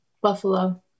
Buffalo